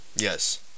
Yes